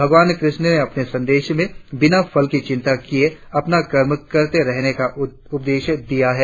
भगवान कृष्ण ने अपने संदेश में बिना फल की चिंता किए अपना कर्म करते रहने का उपदेश दिया है